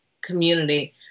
community